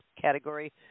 category